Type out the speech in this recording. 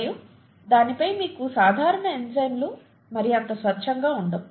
మరియు దాని పైన మీకు సాధారణ ఎంజైమ్లు మరి అంత స్వచ్ఛంగా ఉండవు